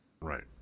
right